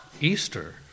Easter